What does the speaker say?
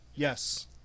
Yes